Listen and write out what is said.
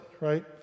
right